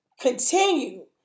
continue